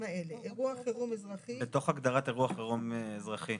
האלה: אירוע חירום אזרחי --- בתוך הגדרת אירוע חירום אזרחי.